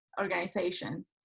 organizations